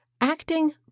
Acting